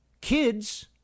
Kids